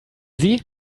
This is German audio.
sie